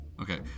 Okay